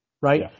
right